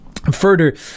further